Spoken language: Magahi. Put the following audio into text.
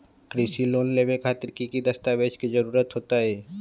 कृषि लोन लेबे खातिर की की दस्तावेज के जरूरत होतई?